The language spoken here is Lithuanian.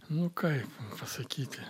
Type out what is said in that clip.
nu kaip pasakyti